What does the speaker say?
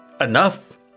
enough